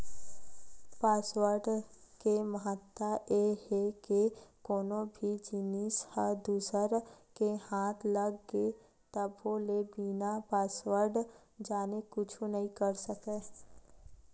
password के महत्ता ए हे के कोनो भी जिनिस ह दूसर के हाथ लग गे तभो ले बिना पासवर्ड जाने कुछु नइ कर सकय